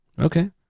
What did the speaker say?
Okay